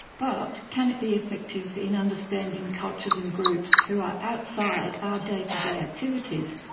but can it be effective in understanding cultures and groups who are outside our day to day activities?